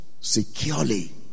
securely